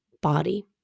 body